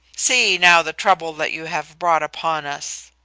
see now the trouble that you have brought upon us!